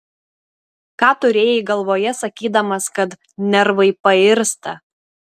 ką turėjai galvoje sakydamas kad nervai pairsta